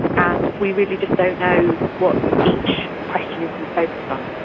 and we really just don't know what each question is going to focus on.